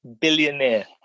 billionaire